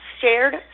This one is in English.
shared